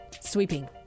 Sweeping